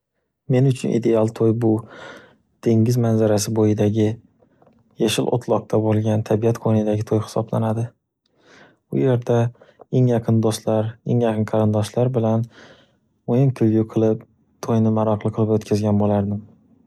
Men uchun ideal to'y bu, dengiz manzarasi bo'yidagi, yashil o'tloqda bo'lgan tabiat qo'nidagi to'y hisoblanadi. Bu yerda eng yaqin do'stlar, eng yaqin qarindoshlar bilan o'yin kulgu qilib, to'yni maroqli qilib o'tkazgan bo'lardim.